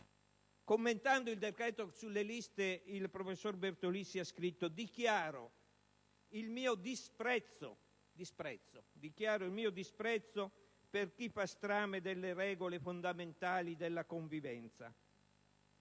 Commentando il decreto sulle liste il professor Bertolissi ha scritto: «Dichiaro il mio disprezzo per chi fa strame delle regole fondamentali della convivenza.